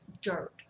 dirt